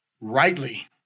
rightly